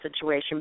situation